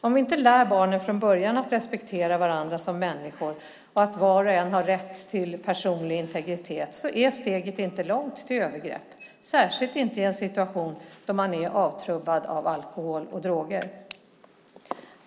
Om vi inte lär barnen från början att respektera varandra som människor och att var och en har rätt till personlig integritet är steget inte långt till övergrepp, särskilt inte i en situation då man är avtrubbad av alkohol och droger.